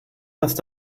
heißt